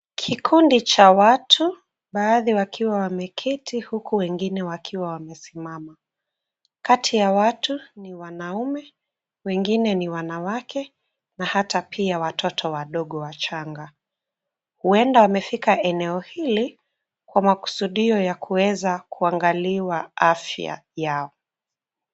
Kikundi cha watu, baadhi wakiwa wameketi huku wengine wakiwa wamesimama. Kati ya watu ni wanaume, wengine ni wanawake na hata pia watoto wadogo wachanga. Huenda wamefika eneo hili kwa makusudio ya kuweza kuangaliwa afya yao.